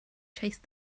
chased